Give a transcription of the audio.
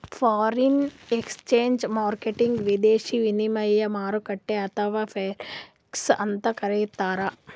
foreign exchange ಮಾರ್ಕೆಟ್ಗ್ ವಿದೇಶಿ ವಿನಿಮಯ ಮಾರುಕಟ್ಟೆ ಅಥವಾ ಫೋರೆಕ್ಸ್ ಅಂತ್ ಕರಿತಾರ್